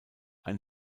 ein